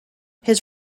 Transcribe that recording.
his